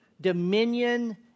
dominion